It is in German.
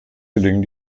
gelingt